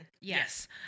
Yes